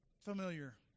Familiar